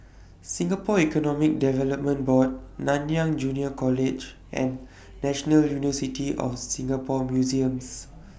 Singapore Economic Development Board Nanyang Junior College and National University of Singapore Museums